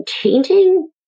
changing